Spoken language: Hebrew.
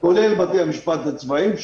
כולל בתי המשפט הצבאיים,